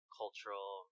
cultural